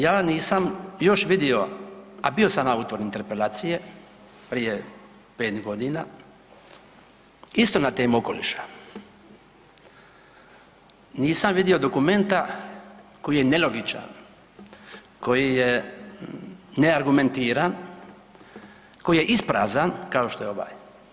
Ja nisam još vidio, a bio sam autor interpelacije prije 5.g. isto na temu okoliša, nisam vidio dokumenta koji je nelogičan, koji je neargumentiran, koji je isprazan kao što je ovaj.